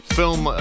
film